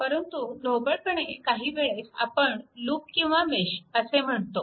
परंतु ढोबळपणे काही वेळेस आपण लूप किंवा मेश असे म्हणतो